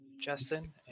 Justin